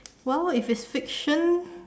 while if it's fiction